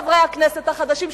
חברי הכנסת החדשים,